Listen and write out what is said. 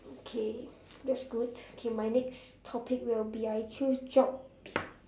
okay that's good okay my next topic will be I choose jobs